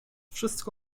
wszystko